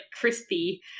crispy